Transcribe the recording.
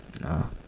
no